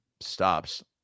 stops